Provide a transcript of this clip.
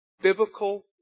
biblical